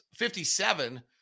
57